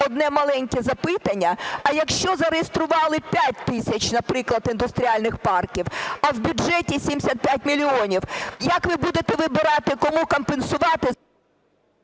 одне маленьке запитання. А якщо зареєстрували 5 тисяч, наприклад, індустріальних парків, а в бюджеті 75 мільйонів. Як ви будете вибирати, кому компенсувати…?